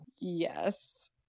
yes